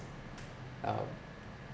um